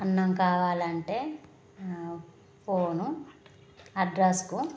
అన్నం కావాలంటే ఫోను అడ్రస్కు